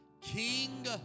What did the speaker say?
King